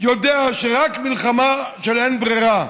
יודע שרק מלחמה של אין ברירה.